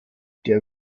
der